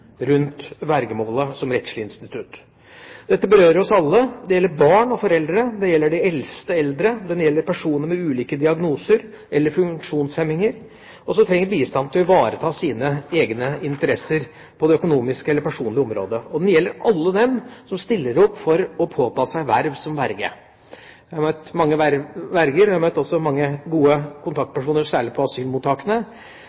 rundt vergemålet som rettslig institutt. Vergemålsloven berører oss alle. Den gjelder barn og foreldre, den gjelder de eldste eldre, den gjelder personer med ulike diagnoser eller funksjonshemninger som trenger bistand til å ivareta sine egne interesser på det økonomiske eller personlige området, og den gjelder alle dem som stiller opp og påtar seg verv som verge. Jeg har møtt mange verger, og jeg har også møtt mange gode